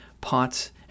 pots